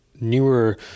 newer